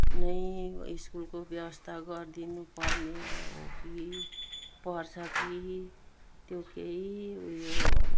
नै स्कुलको व्यवस्था गरिदिनु पर्ने हो कि पर्छ कि त्यो केही उयो